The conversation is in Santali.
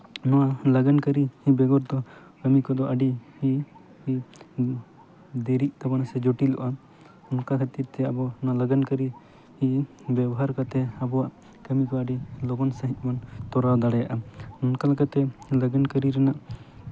ᱱᱚᱣᱟ ᱞᱟᱜᱟᱱ ᱠᱟᱹᱨᱤ ᱵᱮᱜᱚᱨ ᱫᱚ ᱠᱟᱹᱢᱤ ᱠᱚᱫᱚ ᱟᱹᱰᱤ ᱫᱮᱨᱤᱜ ᱛᱟᱵᱚᱱᱚᱜᱼᱟ ᱥᱮ ᱡᱚᱴᱤᱞᱚᱜᱼᱟ ᱚᱱᱠᱟ ᱠᱷᱟᱹᱛᱤᱨ ᱛᱮ ᱟᱵᱚ ᱱᱚᱣᱟ ᱞᱟᱜᱟᱱ ᱠᱟᱹᱨᱤ ᱵᱮᱵᱚᱦᱟᱨ ᱠᱟᱛᱮᱫ ᱟᱵᱚᱣᱟᱜ ᱠᱟᱹᱢᱤ ᱠᱚ ᱟᱹᱰᱤ ᱞᱚᱜᱚᱱ ᱥᱟᱺᱦᱤᱡ ᱵᱚᱱ ᱠᱚᱨᱟᱣ ᱫᱟᱲᱮᱭᱟᱜᱼᱟ ᱚᱱᱠᱟ ᱞᱮᱠᱟᱛᱮ ᱞᱟᱜᱟᱱ ᱠᱟᱹᱨᱤ ᱨᱮᱱᱟᱜ